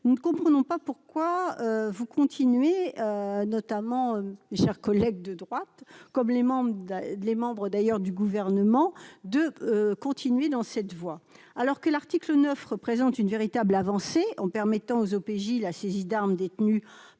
nous ne comprenons pas pourquoi vous continuez notamment chers collègues de droite, comme les membres d'les membres d'ailleurs du gouvernement de continuer dans cette voie, alors que l'article 9 représentent une véritable avancée en permettant aux OPJ la saisie d'armes détenues